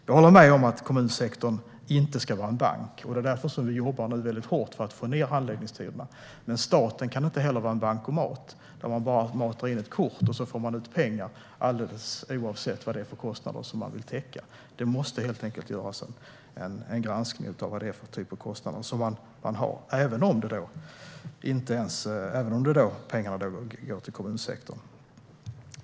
Jag håller med om att kommunsektorn inte ska vara en bank. Det är därför vi nu jobbar väldigt hårt för att få ned handläggningstiderna, men staten kan inte heller vara en bankomat där man bara matar in ett kort och får ut pengar alldeles oavsett vad det är för kostnader man vill täcka. Det måste helt enkelt göras en granskning av vad det är för typ av kostnader man har, även om pengarna går till kommunsektorn.